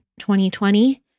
2020